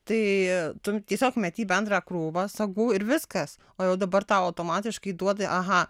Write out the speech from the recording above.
tai tu tiesiog meti į bendrą krūvą sagų ir viskas o jau dabar tau automatiškai duoda aha